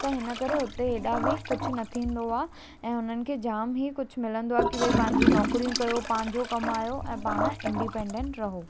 त हिन करे हुते हेॾा बि कुझु न थींदो आहे ऐं हुननि खे जामु ई कुझु मिलंदो आहे की पंहिंजी नौकिरी कयो पंहिंजो कमायो ऐं पाण इंडिपैंडेंट रहो